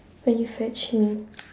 when you fetch me